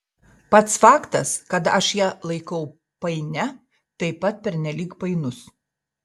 pats faktas kad aš ją laikau painia taip pat pernelyg painus